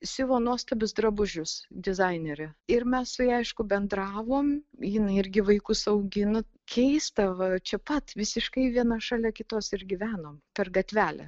siuvo nuostabius drabužius dizainerė ir mes su ja aišku bendravom jinai irgi vaikus augino keista va čia pat visiškai viena šalia kitos ir gyvenom per gatvelę